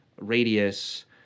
radius